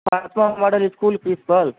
Fatima model school principal